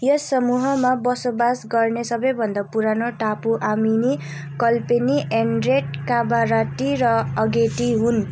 यस समूहमा बसोबास गर्ने सबैभन्दा पुरानो टापु आमिन कल्पेनी एन्ड्रेट काभाराट्टी र अगेट्टी हुन्